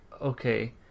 okay